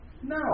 No